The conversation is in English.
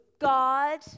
God